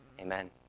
Amen